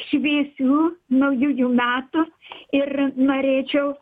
šviesių naujųjų metų ir norėčiau